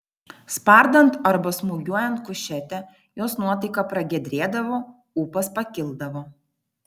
spardant arba smūgiuojant kušetę jos nuotaika pragiedrėdavo ūpas pakildavo